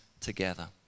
together